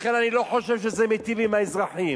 לכן, אני לא חושב שזה מיטיב עם האזרחים.